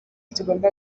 tugomba